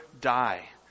die